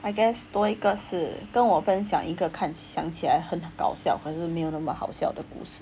I guess 多一个是跟我分享一个看想起来很搞笑还是没有那么好笑的故事